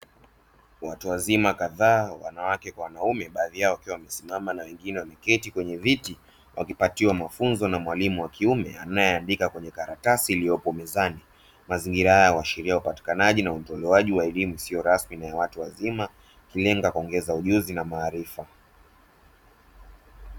Watu wazima kadhaa, wanawake kwa wanaume, baadhi yao wakiwa wamesimama na wengine wamekaa kwenye viti, wakipatiwa mafunzo na mwalimu wa kiume anayeandika kwenye karatasi iliyopo mezani. Mazingira haya yaashiria upatikanaji na utoaji wa elimu isiyo rasmi kwa watu wazima, ikilenga kuongeza ujuzi na maarifa.